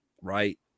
right